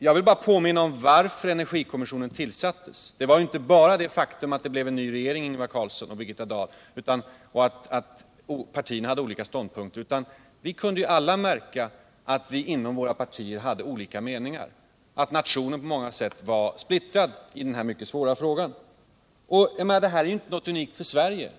Jag vill påminna om varför energikommissionen tillsattes. Det var ju inte bara det faktum att det blev en ny regering, Ingvar Carlsson och Birgitta Dahl, och att partierna hade olika ståndpunkter. Vi kunde alla märka att vi inom våra partier hade olika meningar, att nationen på många sätt var splittrad i den här mycket svåra frågan. Detta är ju inte något unikt för Sverige.